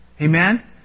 Amen